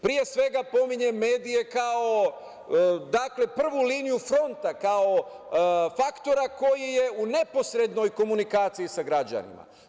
Pre svega, pominjem medije kao prvu liniju fronta, kao faktora koji je u neposrednoj komunikaciji sa građanima.